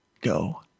go